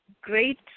great